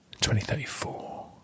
2034